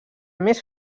més